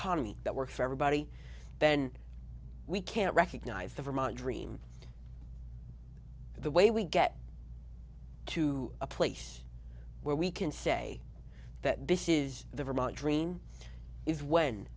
economy that works for everybody then we can't recognize the vermont dream the way we get to a place where we can say that this is the vermont dream is when